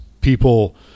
people